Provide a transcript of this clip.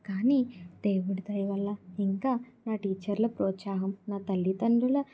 కాని దేవుడి దయ వల్ల ఇంకా నా టీచర్ల ప్రోత్సహం నా తల్లితండ్రుల